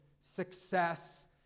success